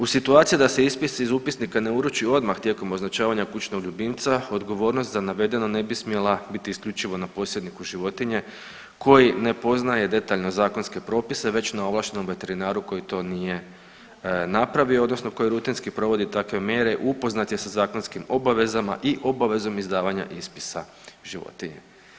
U situaciji da se ispis iz upisnika ne uruči odmah tijekom označavanja kućnog ljubimca odgovornost za navedeno ne bi smjela biti isključivo na posjedniku životinje koji ne poznaje detaljno zakonske propise već na ovlaštenom veterinaru koji to nije napravio odnosno koji rutinski provodi takve mjere i upoznat je sa zakonskim obavezama i obavezom izdavanja ispisa životinje.